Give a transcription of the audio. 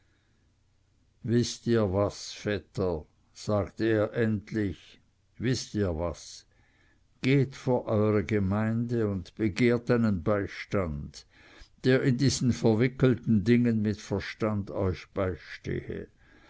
wißt ihr was vetter sagte er endlich wißt ihr was geht vor eure gemeinde und begehrt einen beistand der in diesen verwickelten dingen mit verstand euch beistehe